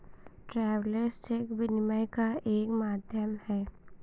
travellers cheque विनिमय का एक माध्यम है